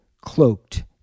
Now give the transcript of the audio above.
cloaked